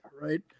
right